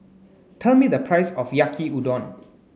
tell me the price of Yaki Udon